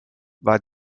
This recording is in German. war